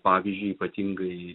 pavyzdžiui ypatingai